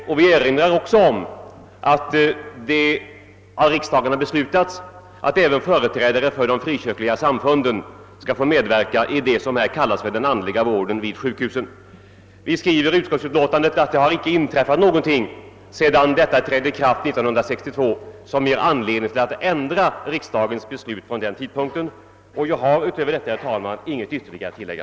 Utskottet erinrar också om att det av riksdagen har beslutats att även företrädare för de frikyrkliga samfunden skall få medverka i det som här kallas för den andliga vården vid sjukhusen. I utlåtandet framhålls vidare att det inte har inträffat någonting sedan beslutet trädde i kraft 1962 som ger anledning att ändra riksdagens beslut från den tidpunkten. Jag har, herr talman, ingenting ytterligare att tillägga.